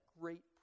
great